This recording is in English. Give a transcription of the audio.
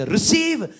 Receive